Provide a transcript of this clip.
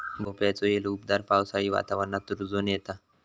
भोपळ्याचो येल उबदार पावसाळी वातावरणात रुजोन येता